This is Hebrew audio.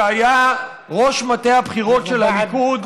שהיה ראש מטה הבחירות של הליכוד,